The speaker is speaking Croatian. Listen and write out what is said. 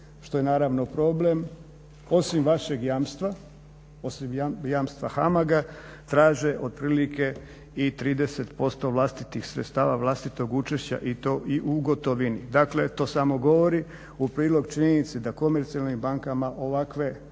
što je naravno problem osim vašeg jamstva, osim jamstva HAMAG-a traže otprilike i 30% vlastitih sredstava, vlastitog učešća i to i u gotovini. Dakle, to samo govori u prilog činjenici da komercijalnim bankama ovakvi